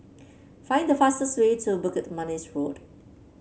find the fastest way to Bukit Manis Road